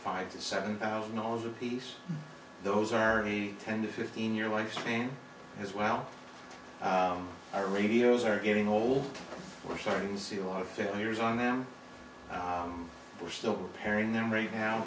five to seven thousand dollars apiece those are in a ten to fifteen year life span as well i radios are getting old we're starting to see a lot of failures on them we're still repairing them right now